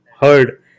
heard